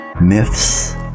myths